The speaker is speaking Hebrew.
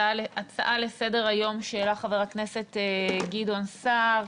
הצעה לסדר-היום שהעלה חבר הכנסת גדעון סער.